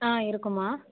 ஆ இருக்குதும்மா